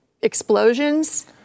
explosions